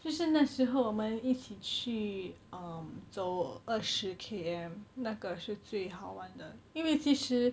就是那时候我们一起去 um 走二十 K_M 那个是最好玩的因为其实